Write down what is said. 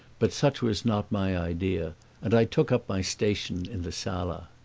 but such was not my idea, and i took up my station in the sala.